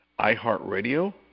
iHeartRadio